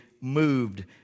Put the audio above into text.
moved